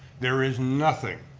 there is nothing